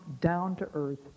down-to-earth